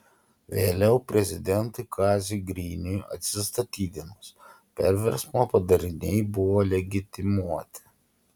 vėliau prezidentui kaziui griniui atsistatydinus perversmo padariniai buvo legitimuoti